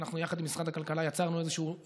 ואנחנו יחד עם משרד הכלכלה יצרנו איזשהו נוהל,